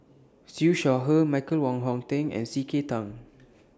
Siew Shaw Her Michael Wong Hong Teng and C K Tang